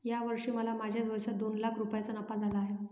या वर्षी मला माझ्या व्यवसायात दोन लाख रुपयांचा नफा झाला आहे